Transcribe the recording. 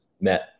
met